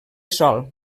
sol